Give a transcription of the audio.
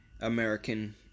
American